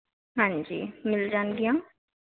ਹਾਂਜੀ ਮਿਲ ਜਾਣਗੀਆਂ